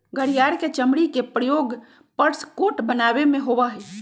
घड़ियाल के चमड़ी के प्रयोग पर्स कोट बनावे में होबा हई